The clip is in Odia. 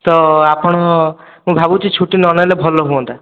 ତ ଆପଣ ଭାବୁଛି ଛୁଟି ନ ନେଲେ ଭଲ ହୁଅନ୍ତା